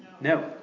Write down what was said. No